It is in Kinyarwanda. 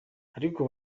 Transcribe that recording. ariko